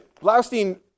Blaustein